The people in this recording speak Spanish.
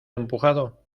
empujado